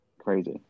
Crazy